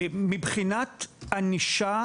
מבחינת ענישה